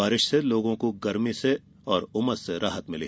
बारिश से लोगो को गर्मी और उमस से राहत मिली